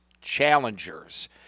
challengers